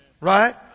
Right